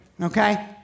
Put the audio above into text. Okay